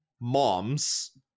moms